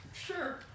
Sure